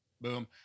boom